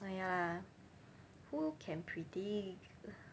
!aiya! who can predict